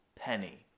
penny